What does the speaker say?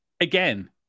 again